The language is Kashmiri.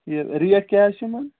یہِ ریٹ کیٛاہ حظ چھِ یِمَن